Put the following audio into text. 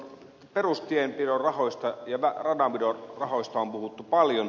perustienpidon rahoista ja radanpidon rahoista on puhuttu paljon